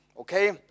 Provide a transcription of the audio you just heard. Okay